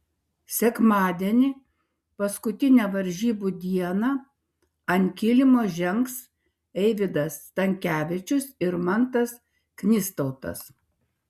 sekmadienį paskutinę varžybų dieną ant kilimo žengs eivydas stankevičius ir mantas knystautas